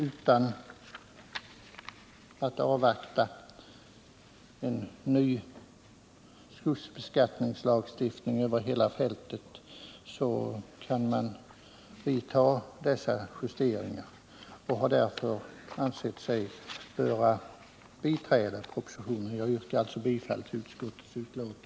Utan att avvakta en ny skogsskattelagstiftning över hela fältet menar vi att man kan vidta dessa justeringar. Därför har vi också ansett oss böra biträda propositionen. Jag yrkar alltså bifall till utskottets hemställan.